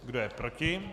Kdo je proti?